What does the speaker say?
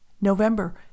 November